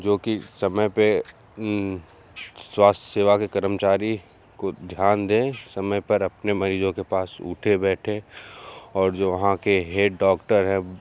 जो कि समय पर स्वास्थ्य सेवा के कर्मचारी कुछ ध्यान दें समय पर अपने मरीज़ों के पास उठें बैठें और जो वहाँ के हेड डॉक्टर है